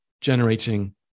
generating